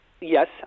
yes